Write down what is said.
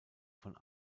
von